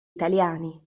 italiani